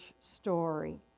story